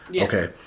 Okay